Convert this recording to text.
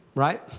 right.